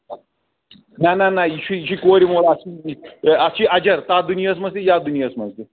نہ نہ نہ یہِ چھُ یہِ چھُ کورِ مول اَتھ اَتھ چھی اَجر تَتھ دُنیاہَس منٛز تہِ یَتھ دُنیاہَس منٛز تہِ